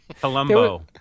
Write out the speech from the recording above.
colombo